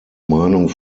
meinung